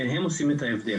שהם עושים את ההבדל.